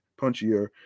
punchier